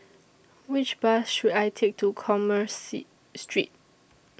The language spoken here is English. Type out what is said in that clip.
Which Bus should I Take to Commerce Street